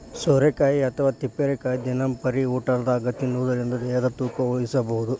ಸೋರೆಕಾಯಿ ಅಥವಾ ತಿಪ್ಪಿರಿಕಾಯಿ ದಿನಂಪ್ರತಿ ಊಟದಾಗ ತಿನ್ನೋದರಿಂದ ದೇಹದ ತೂಕನು ಇಳಿಸಬಹುದು